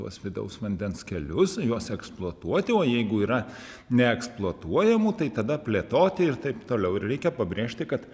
tuos vidaus vandens kelius juos eksploatuoti o jeigu yra neeksploatuojamų tai tada plėtoti ir taip toliau ir reikia pabrėžti kad